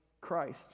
Christ